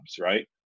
right